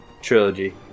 trilogy